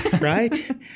right